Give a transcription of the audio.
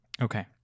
Okay